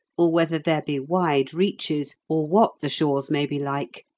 or whether there be wide reaches, or what the shores may be like,